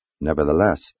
Nevertheless